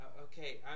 Okay